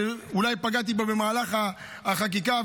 שאולי פגעתי בו במהלך החקיקה,